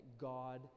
God